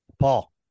Paul